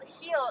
heal